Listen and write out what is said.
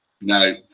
No